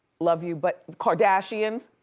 love you, but the kardashians,